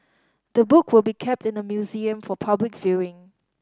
the book will be kept in the museum for public viewing